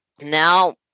Now